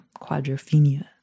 Quadrophenia